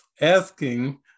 asking